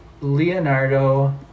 Leonardo